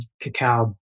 cacao